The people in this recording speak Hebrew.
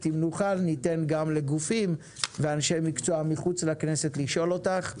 אם נוכל ניתן גם לגופים ואנשי מקצוע מחוץ לכנסת לשאול אותך שאלות.